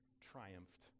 triumphed